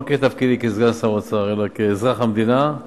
לא בתפקידי כסגן שר אוצר אלא כאזרח המדינה,